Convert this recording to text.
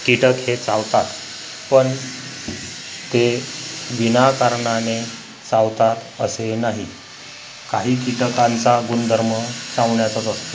कीटक हे चावतात पण ते विनाकारणाने चावतात असे नाही काही कीटकांचा गुणधर्म चावण्याचाच असतो